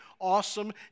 awesome